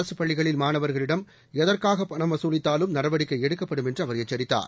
அரசு பள்ளிகளில் மாணவர்களிடம் எதற்காக பணம் வசூலித்தாலும் நடவடிக்கை எடுக்கப்படும் என்று அவர் எச்சரித்தார்